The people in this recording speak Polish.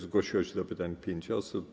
Zgłosiło się do pytań pięć osób.